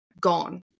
gone